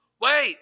Wait